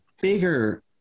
bigger